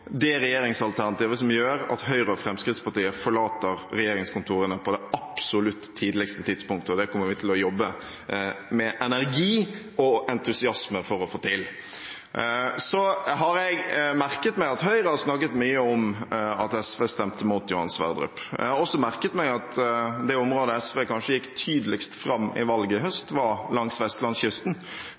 det regjeringsalternativet som gjør at Høyre og Fremskrittspartiet forlater regjeringskontorene på det absolutt tidligste tidspunkt, og det kommer vi til å jobbe med energi og entusiasme for å få til. Så har jeg merket meg at Høyre har snakket mye om at SV stemte imot Johan Sverdrup. Jeg har også merket meg at det området der SV kanskje gikk tydeligst fram ved valget i høst, var langs vestlandskysten,